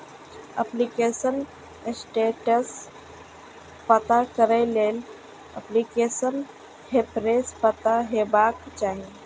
application status पता करै लेल एप्लीकेशन रेफरेंस पता हेबाक चाही